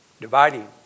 dividing